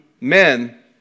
men